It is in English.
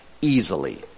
easily